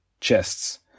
chests